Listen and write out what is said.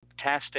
Tastic